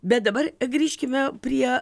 bet dabar grįžkime prie